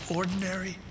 ordinary